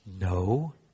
No